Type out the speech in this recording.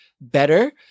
better